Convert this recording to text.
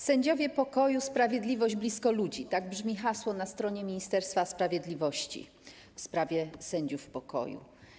Sędziowie pokoju, sprawiedliwość blisko ludzi - tak brzmi hasło na stronie Ministerstwa Sprawiedliwości w sprawie sędziów pokoju.